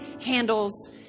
handles